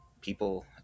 people